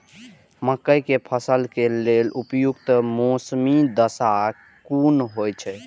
मके के फसल के लेल उपयुक्त मौसमी दशा कुन होए छै?